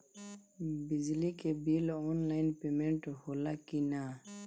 बिजली के bill online payment होला कि ना?